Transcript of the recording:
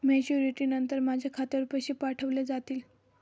Maturity नंतर माझ्या खात्यावर पैसे पाठविले जातील?